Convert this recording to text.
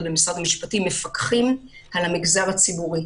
במשרד המשפטים מפקחת על המגזר הציבורי,